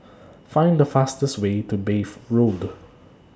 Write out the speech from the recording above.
Find The fastest Way to Bath Road